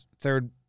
third